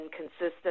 consistent